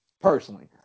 personally